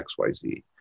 xyz